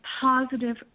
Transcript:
positive